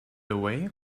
away